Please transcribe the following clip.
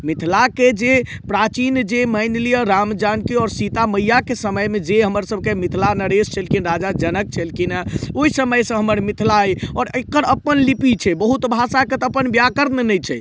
मिथिलाके जे प्राचीन जे मानि लिअ राम जानकी आओर सीता मैयाके समयमे जे हमर सबके मिथिला नरेश छलखिन राजा जनक छलखिन हेँ ओइ समयसँ हमर मिथिला अछि आओर एकर अपन लिपि छै बहुत भाषाके तऽ अपन व्याकरण नहि छै